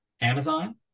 Amazon